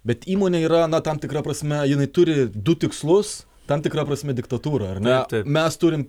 bet įmonė yra tam tikra prasme jinai turi du tikslus tam tikra prasme diktatūrą ar ne mes turim